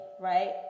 right